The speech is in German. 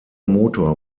motor